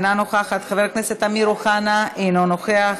אינו נוכחת,